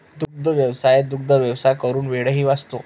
दुग्धव्यवसायात दुग्धव्यवसाय करून वेळही वाचतो